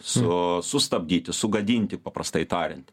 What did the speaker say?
su sustabdyti sugadinti paprastai tariant